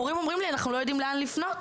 הורים אומרים לי אנחנו לא יודעים לאן לפנות